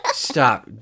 Stop